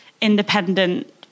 independent